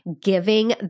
giving